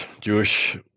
Jewish